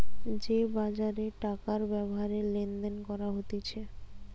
যে বাজারে টাকার ব্যাপারে লেনদেন করা হতিছে